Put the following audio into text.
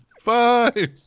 Five